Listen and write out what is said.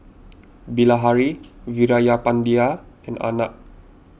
Bilahari Veerapandiya and Arnab